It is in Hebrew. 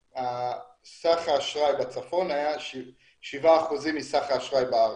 סך האשראי בצפון היה 7% מסך האשראי בארץ.